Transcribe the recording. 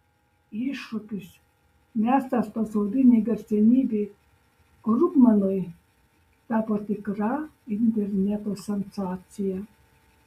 iššūkis mestas pasaulinei garsenybei krugmanui tapo tikra interneto sensacija